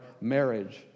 marriage